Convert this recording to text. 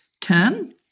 term